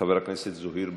חבר הכנסת זוהיר בהלול,